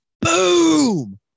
boom